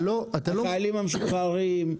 החיילים משוחררים,